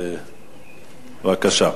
בבקשה,